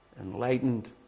enlightened